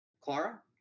Clara